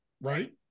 right